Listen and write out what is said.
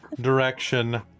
direction